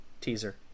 teaser